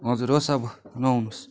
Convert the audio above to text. हजुर होस् अब नआउनुहोस्